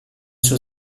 suo